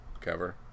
cover